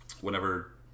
whenever